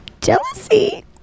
jealousy